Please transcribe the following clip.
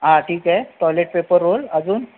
हां ठीक आहे टॉयलेट पेपर रोल अजून